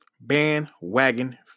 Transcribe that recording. bandwagon